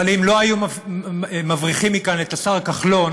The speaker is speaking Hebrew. אבל אם לא היו מבריחים מכאן את השר כחלון,